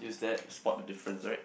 spot the difference right